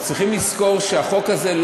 צריכים לזכור שהחוק הזה,